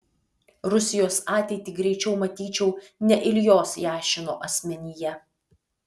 rusijos ateitį greičiau matyčiau ne iljos jašino asmenyje